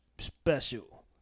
special